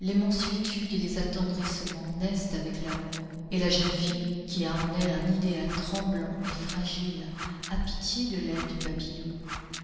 les mansuétudes et les attendrissements naissent avec l'amour et la jeune fille qui a en elle un idéal tremblant et fragile a pitié de l'aile du papillon